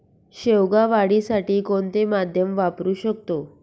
शेवगा वाढीसाठी कोणते माध्यम वापरु शकतो?